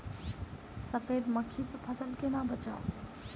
सफेद मक्खी सँ फसल केना बचाऊ?